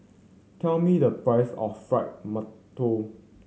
tell me the price of fried